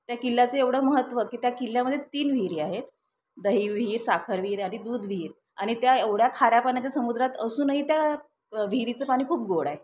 त्या किल्ल्याचं एवढं महत्त्व की त्या किल्ल्यामध्ये तीन विहिरी आहेत दही विहीर साखर विहीर आणि दूध विहीर आणि त्या एवढ्या खाऱ्या पाण्याच्या समुद्रात असूनही त्या विहिरीचं पाणी खूप गोड आहे